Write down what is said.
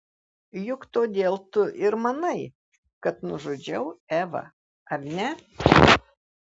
juk todėl tu ir manai kad nužudžiau evą ar ne